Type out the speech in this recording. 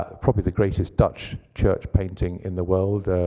ah probably the greatest dutch church painting in the world,